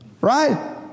right